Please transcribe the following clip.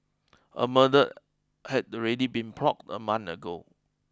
a murder had already been plotted a month ago